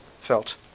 felt